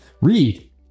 Read